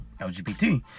lgbt